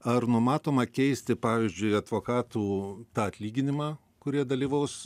ar numatoma keisti pavyzdžiui advokatų tą atlyginimą kurie dalyvaus